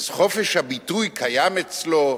חופש הביטוי קיים אצלו,